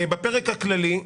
בפרק הכללי,